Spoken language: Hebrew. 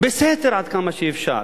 בסתר עד כמה שאפשר.